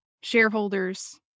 shareholders